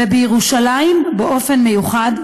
ובירושלים באופן מיוחד,